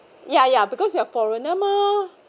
ya ya because you are foreigner mah